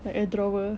like a drawer